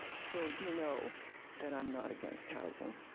so you know that i'm not against housing.